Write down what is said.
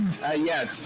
Yes